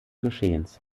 geschehens